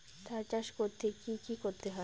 ধান চাষ করতে কি কি করতে হয়?